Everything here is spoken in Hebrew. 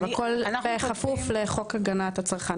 הכול בכפוף לחוק הגנת הצרכן.